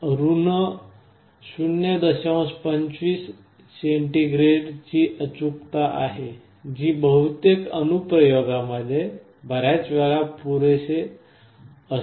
25oC ची अचूकता आहे जी बहुतेक अनुप्रयोगांमध्ये बर्याच वेळा पुरेसे असते